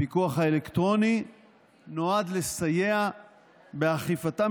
הפיקוח האלקטרוני נועד לסייע באכיפתם